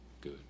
good